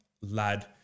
lad